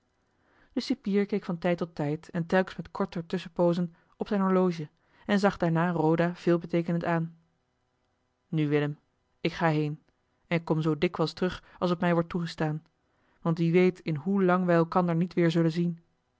de cipier keek van tijd tot tijd en telkens met korter tusschenpoozen op zijn horloge en zag daarna roda veelbeteekenend aan nu willem ik ga heen en kom zoo dikwijls terug als het mij wordt toegestaan want wie weet in hoelang wij elkander niet weer zullen zien